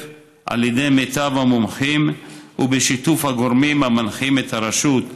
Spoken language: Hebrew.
על ידי מיטב המומחים ובשיתוף הגורמים המנחים את הרשות,